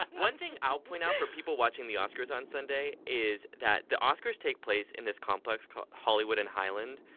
one thing i'll point out for people watching the oscars on sunday is that the oscars take place in this complex hollywood and highland,